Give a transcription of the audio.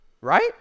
Right